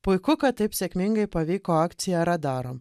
puiku kad taip sėkmingai pavyko akcija radarom